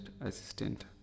assistant